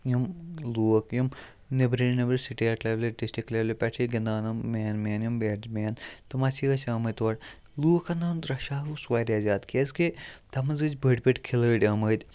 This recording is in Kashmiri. یِم لوٗکھ یِم نیٚبرٕ سٹیٹ لٮ۪ولہِ ڈِسٹِرٛک لٮ۪ولہِ پٮ۪ٹھ چھِ گِنٛدان یِم مین مین یِم بیٹٕسمین تِم ہاسے ٲسۍ آمٕتۍ تور لوٗکَن ہُنٛد رَشا اوس واریاہ زیادٕ کیٛازِکہِ تَتھ منٛز ٲسۍ بٔڑۍ بٔڑۍ کھِلٲڑۍ آمٕتۍ